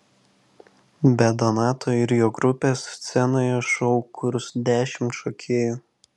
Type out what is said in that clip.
be donato ir jo grupės scenoje šou kurs dešimt šokėjų